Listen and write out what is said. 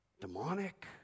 demonic